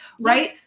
right